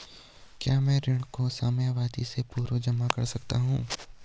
क्या मैं ऋण को समयावधि से पूर्व जमा कर सकती हूँ?